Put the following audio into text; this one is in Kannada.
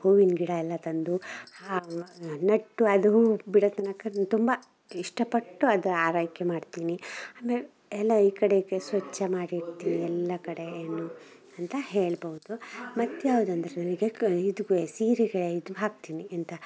ಹೂವಿನ ಗಿಡ ಎಲ್ಲ ತಂದು ಹಾ ನೆಟ್ಟು ಅದು ಹೂವು ಬಿಡತ್ತನ್ನೋ ಕಣ್ಣು ತುಂಬ ಇಷ್ಟ ಪಟ್ಟು ಅದು ಆರೈಕೆ ಮಾಡ್ತೀನಿ ಆಮೇಲೆ ಎಲ್ಲ ಈ ಕಡೆಗೆ ಸ್ವಚ್ಛ ಮಾಡಿ ಇಡ್ತೀನಿ ಎಲ್ಲ ಕಡೆ ಏನು ಅಂತ ಹೇಳ್ಬೋದು ಮತ್ತು ಯಾವ್ದು ಅಂದರೆ ನನಗೆ ಕ ಇದು ಸೀರೆಗೆ ಇದು ಹಾಕ್ತೀನಿ ಎಂತ